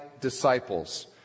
disciples